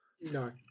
No